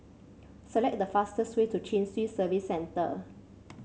select the fastest way to Chin Swee Service Centre